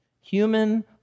human